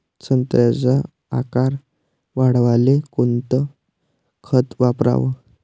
संत्र्याचा आकार वाढवाले कोणतं खत वापराव?